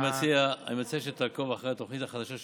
כל מה שהתחייבו, מבוצע.